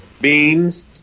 beams